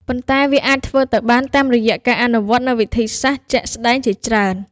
ប៉ុន្តែវាអាចធ្វើទៅបានតាមរយៈការអនុវត្តនូវវិធីសាស្ត្រជាក់ស្តែងជាច្រើន។